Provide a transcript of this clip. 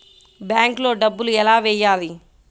బ్యాంక్లో డబ్బులు ఎలా వెయ్యాలి?